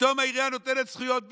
פתאום העירייה נותנת זכויות בנייה,